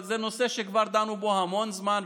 זה נושא שכבר דנו בו המון זמן,